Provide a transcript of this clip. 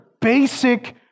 basic